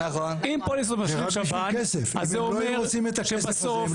אם פוליסות משלים שב"ן אז זה אומר שבסוף הן